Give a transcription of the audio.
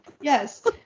Yes